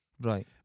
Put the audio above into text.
Right